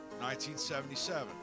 1977